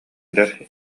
эдэр